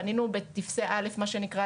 פנינו בטפסי א' מה שנקרא,